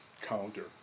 counter